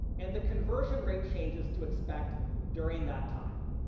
and the conversion rate changes to expect during that time.